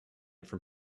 from